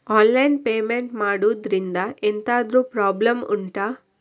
online payment ಮಾಡುದ್ರಿಂದ ಎಂತಾದ್ರೂ problem ಉಂಟಾ